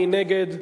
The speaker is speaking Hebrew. מי נגד?